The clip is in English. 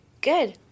Good